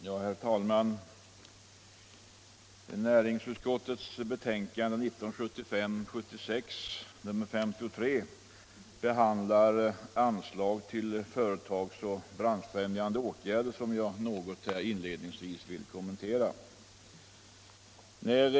Herr talman! Näringsutskottets betänkande 1975/76:53 behandlar frågan om anslag till företagsoch branschfrämjande åtgärder, m.m., och jag vill inledningsvis något kommentera vad som där står.